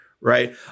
right